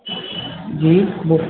جی بول